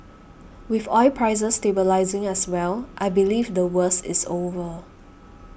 with oil prices stabilising as well I believe the worst is over